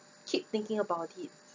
keep thinking about it